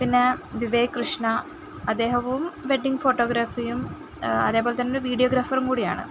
പിന്നെ വിവേക് കൃഷ്ണ അദ്ദേഹവും വെഡിങ്ങ് ഫോട്ടോഗ്രഫിയും അതേപോലെ തന്നെ വീഡിയോഗ്രാഫറും കൂടിയാണ്